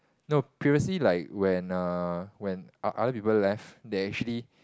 no previously like when err when o~ other people left they actually